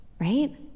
right